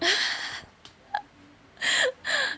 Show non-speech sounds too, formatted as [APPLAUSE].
[LAUGHS]